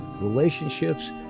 relationships